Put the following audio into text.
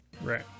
Right